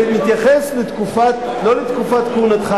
אמרו לכם להיות כחלונים.